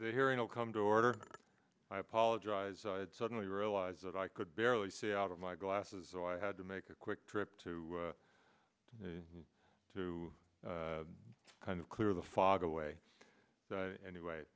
the hearing will come to order i apologize i had suddenly realized that i could barely see out of my glasses so i had to make a quick trip to me to kind of clear the fog away anyway